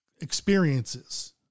experiences